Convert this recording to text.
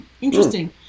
interesting